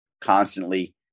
constantly